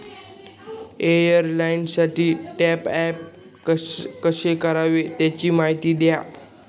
एअरटेलसाठी टॉपअप कसे करावे? याची माहिती द्या